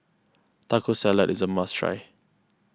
Taco Salad is a must try